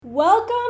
Welcome